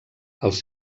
els